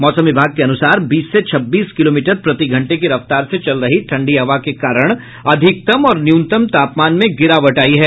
मौसम विभाग के अनुसार बीस से छब्बीस किलोमीटर प्रतिघंटे की रफ्तार से चल रही ठंडी हवा के कारण अधिकतम और न्यूनतम तापमान में गिरावट आयी है